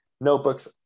notebooks